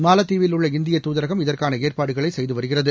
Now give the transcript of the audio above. மாலத்தீவில் உள்ள இந்திய தூதரகம் இதற்கானஏற்பாடுகளைசெய்துவருகிறது